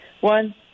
One